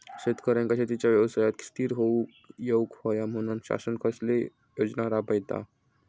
शेतकऱ्यांका शेतीच्या व्यवसायात स्थिर होवुक येऊक होया म्हणान शासन कसले योजना राबयता?